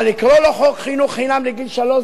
אבל לקרוא לו חוק חינוך חינם מגיל שלוש,